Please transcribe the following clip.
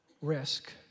risk